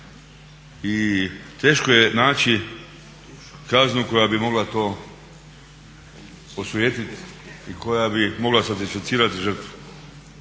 I teško je naći kaznu koja bi mogla to osujetit i koja bi mogla …/Govornik